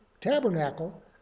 tabernacle